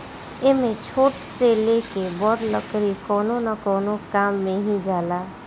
एमे छोट से लेके बड़ लकड़ी कवनो न कवनो काम मे ही जाला